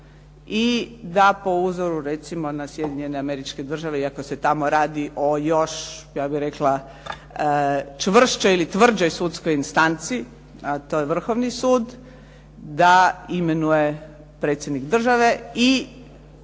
i da po uzoru recimo na Sjedinjene Američke Države iako se tamo radi o još ja bih rekla čvršćoj ili tvrđoj sudskoj instanci a to je Vrhovni sud da imenuje predsjednik države i